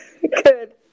Good